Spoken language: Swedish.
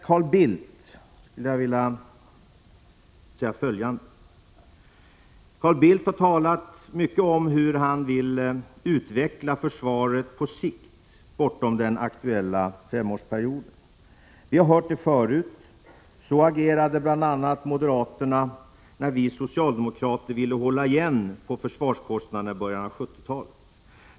Carl Bildt har talat mycket om hur han vill utveckla försvaret på sikt, bortom den aktuella femårsperioden. Vi har hört det förut. Så agerade bl.a. moderaterna när vi socialdemokrater ville hålla igen på försvarskostnaderna i början av 70-talet.